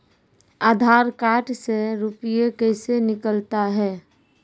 आधार कार्ड से रुपये कैसे निकलता हैं?